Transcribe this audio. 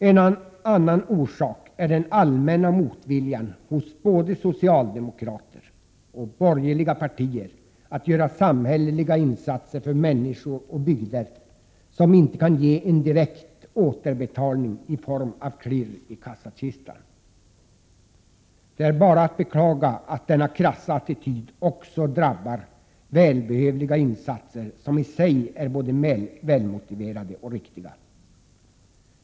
En annan orsak är den allmänna motviljan hos både socialdemokrater och borgerliga partier att göra samhälleliga insatser för människor och bygder som inte kan ge en direkt återbetalning i form av klirr i kassakistan. Det är bara att beklaga att denna krassa attityd också drabbar insatser som i sig är både välmotiverade och riktiga.